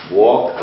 walk